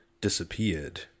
disappeared